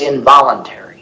involuntary